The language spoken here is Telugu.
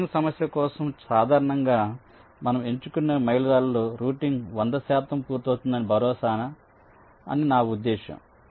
రౌటింగ్ సమస్య కోసం సాధారణంగా మనము ఎంచుకునే మైలురాళ్ళలో రూటింగ్ వంద శాతం పూర్తవుతుందని భరోసా అని నా ఉద్దేశ్యం